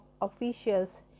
officials